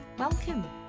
Welcome